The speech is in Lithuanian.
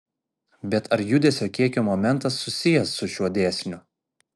bet ar judesio kiekio momentas susijęs su šiuo dėsniu